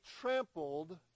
trampled